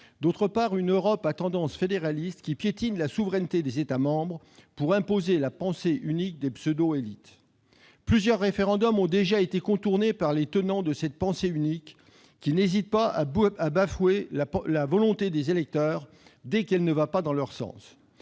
l'autre, une Europe à tendance fédéraliste, qui piétine la souveraineté des États membres pour imposer la pensée unique des pseudo-élites. Plusieurs référendums ont déjà été contournés par les tenants de cette pensée unique, qui n'hésitent pas à bafouer la volonté des électeurs dès qu'elle ne va pas dans leur sens.